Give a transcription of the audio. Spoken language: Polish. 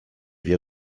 wie